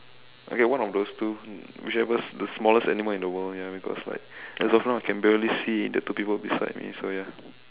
okay one of those two whichever the smallest animal in the world ya because like as of now I can barely see the two people beside me so ya